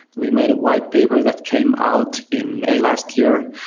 we made a whitepaper that came out in may last year.